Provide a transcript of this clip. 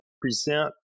present